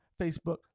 Facebook